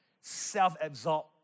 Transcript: self-absorbed